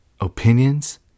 opinions